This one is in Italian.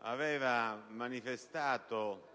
aveva manifestato